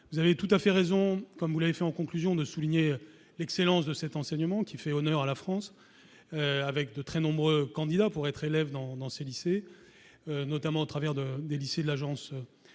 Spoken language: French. vous avez tout à fait raison comme vous l'avez fait en conclusion de souligner l'excellence de cet enseignement qui fait honneur à la France, avec de très nombreux candidats pour être élève dans dans ces lycées, notamment au travers de des lycées de l'agence